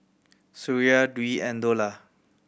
Suria Dwi and Dollah